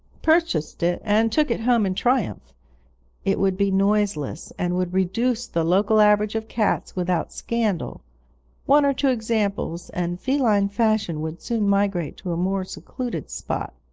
purchased it, and took it home in triumph it would be noiseless, and would reduce the local average of cats without scandal one or two examples, and feline fashion would soon migrate to a more secluded spot.